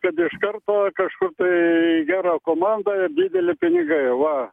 kad iš karto kažkur tai gera komanda ir dideli pinigai va